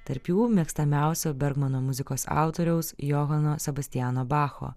tarp jų mėgstamiausio bergmano muzikos autoriaus johano sebastiano bacho